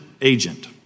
agent